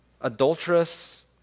adulterous